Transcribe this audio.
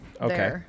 Okay